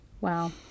Wow